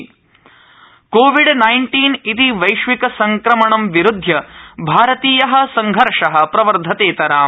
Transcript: Covid covid nineteen इति वैश्विक संक्रमणं विरुध्य भारतीय संघर्ष प्रवर्धतेतराम्